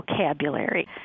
vocabulary